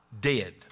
Dead